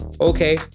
Okay